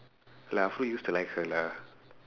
like used to like her lah